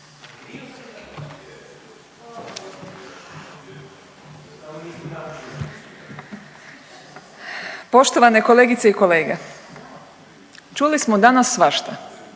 Poštovane kolegice i kolege. Čuli smo danas svašta.